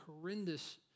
horrendous